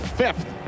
fifth